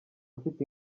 afite